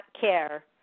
care